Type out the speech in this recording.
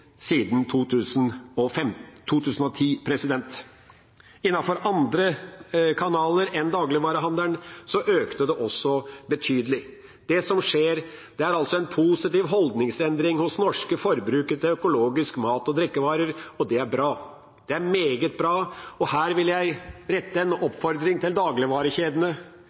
siden 2010. Innenfor andre kanaler enn dagligvarehandelen økte det også betydelig. Det som skjer, er altså en positiv holdningsendring hos norske forbrukere til økologiske mat- og drikkevarer, og det er bra. Det er meget bra, og her vil jeg rette en oppfordring til dagligvarekjedene.